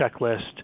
checklist